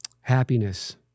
Happiness